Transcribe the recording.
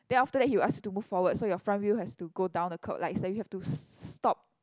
then after that he will ask you to move forward so your front wheel has to go down the curb like that you have to s~ stop